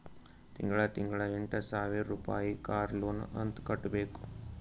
ತಿಂಗಳಾ ತಿಂಗಳಾ ಎಂಟ ಸಾವಿರ್ ರುಪಾಯಿ ಕಾರ್ ಲೋನ್ ಅಂತ್ ಕಟ್ಬೇಕ್